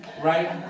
right